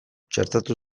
txertatu